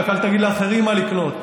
רק אל תגיד לאחרים מה לקנות.